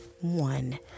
one